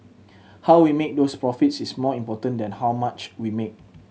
how we make those profits is more important than how much we make